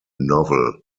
novel